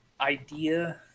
idea